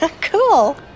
Cool